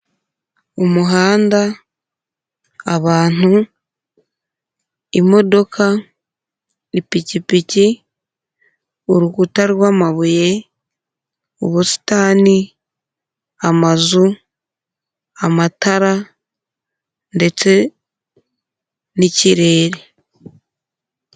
Umuhanda, abantu, imodoka, ipikipiki, urukuta rw'amabuye, ubusitani, amazu, amatara ndetse n'ikirere.